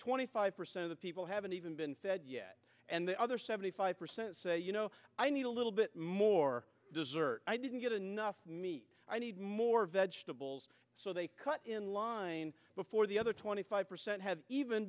twenty five percent of people haven't even been fed yet and the other seventy five percent say you know i need a little bit more dessert i didn't get enough meat i need more vegetables so they cut in line before the other twenty five percent have even